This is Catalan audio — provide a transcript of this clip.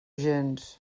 gens